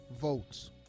votes